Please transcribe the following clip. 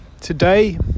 today